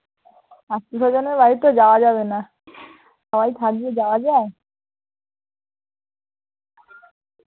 এত জনের বাড়ি তো যাওয়া যাবে না সবাই থাকবে যাওয়া যায়